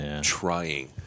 trying